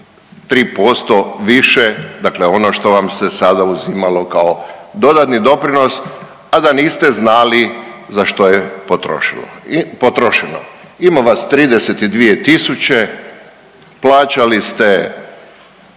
3% više, dakle ono što vam se sada uzimalo kao dodatni doprinos, a da niste znali za što je potrošeno. Ima vas 32000, plaćali ste